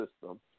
system